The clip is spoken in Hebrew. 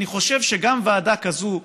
אני חושב שגם ועדה כזו,